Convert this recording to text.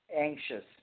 anxious